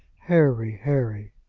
harry, harry!